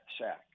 sack